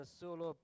solo